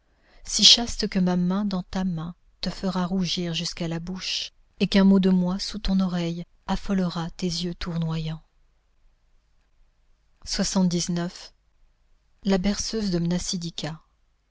si chaste que ma main dans ta main te fera rougir jusqu'à la bouche et qu'un mot de moi sous ton oreille affolera tes yeux tournoyants la berceuse de mnasidika